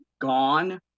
gone